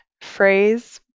phrase